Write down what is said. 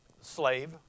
slave